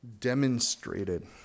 demonstrated